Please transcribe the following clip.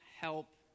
help